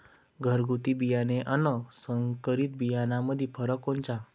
घरगुती बियाणे अन संकरीत बियाणामंदी फरक कोनचा?